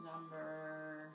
number